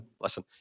Listen